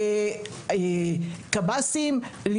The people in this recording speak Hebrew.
קב"סים,